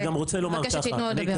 ואני מבקשת שייתנו לו לדבר.